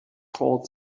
call